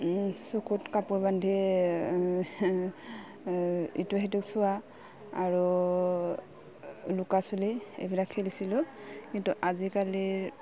চকুত কাপোৰ বান্ধি ইটোৱে সিটোক চোৱা আৰু লুকা চুৰি এইবিলাক খেলিছিলোঁ কিন্তু আজিকালিৰ